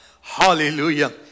Hallelujah